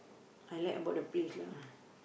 I like about the place lah